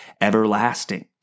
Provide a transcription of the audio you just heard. everlasting